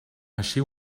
així